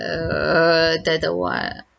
err the the what